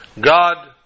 God